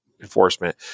enforcement